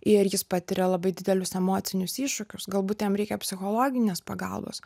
ir jis patiria labai didelius emocinius iššūkius galbūt jam reikia psichologinės pagalbos